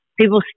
people